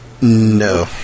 No